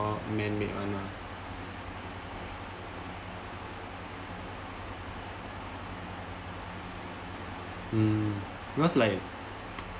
man made one lah mm because like